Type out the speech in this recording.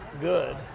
good